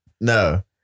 No